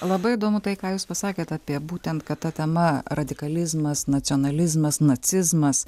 labai įdomu tai ką jūs pasakėt apie būtent kad ta tema radikalizmas nacionalizmas nacizmas